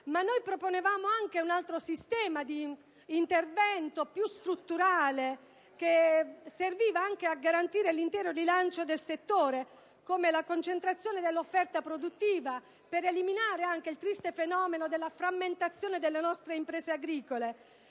Ma proponevamo anche un altro sistema di intervento, più strutturale, che serviva a garantire l'intero rilancio del settore, come la concentrazione dell'offerta produttiva per eliminare il triste fenomeno della frammentazione delle nostre imprese agricole,